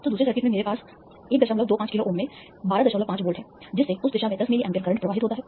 तो दूसरे सर्किट में मेरे पास 125 किलो ओम में 125 वोल्ट हैं जिससे उस दिशा में 10 मिली amp करंट प्रवाहित होता है